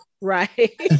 Right